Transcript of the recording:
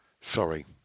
Sorry